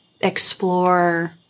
explore